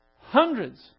hundreds